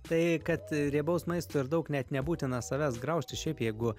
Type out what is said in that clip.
tai kad riebaus maisto ir daug net nebūtina savęs graužt šiaip jeigu